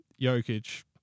Jokic